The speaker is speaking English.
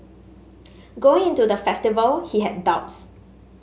going into the festival he had doubts